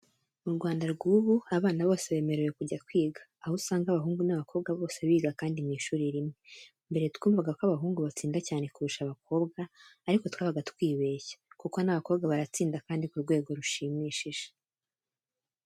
Mu Rwanda rw'ubu abana bose bemerewe kujya kwiga, aho usanga abahungu n'abakobwa bose biga kandi mu ishuri rimwe. Mbere twumvaga ko abahungu batsinda cyane kurusha abakobwa ariko twabaga twibeshya kuko n'abakobwa baratsinda kandi ku rwego rushimishije.